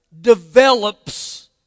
develops